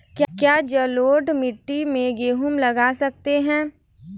क्या जलोढ़ मिट्टी में गेहूँ लगा सकते हैं?